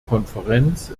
konferenz